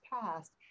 past